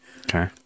Okay